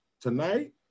Tonight